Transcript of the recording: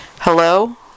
Hello